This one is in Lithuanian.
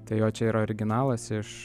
tai jo čia yra originalas iš